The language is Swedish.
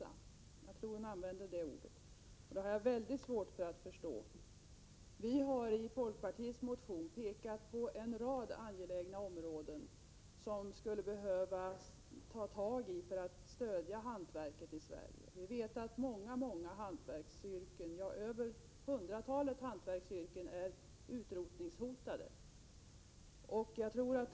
Jag har mycket svårt att förstå detta. Vi i folkpartiet har i vår motion pekat på en rad angelägna områden som man så att säga skulle behöva ta tag i för att stödja hantverket i Sverige. Över ett hundratal hantverksyrken är ”utrotningshotade”.